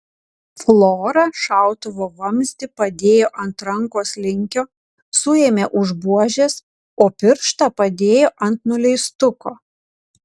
flora šautuvo vamzdį padėjo ant rankos linkio suėmė už buožės o pirštą padėjo ant nuleistuko